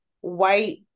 white